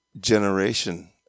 generation